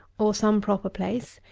or some proper place,